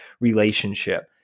relationship